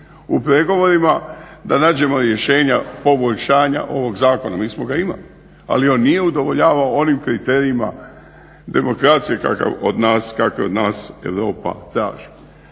u pregovorima da nađemo rješenja poboljšanja ovog zakona. Mi smo ga imali, ali on nije udovoljavao onim kriterijima demokracije kakve od nas Europa traži.